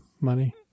money